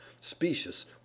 specious